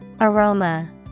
Aroma